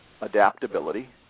adaptability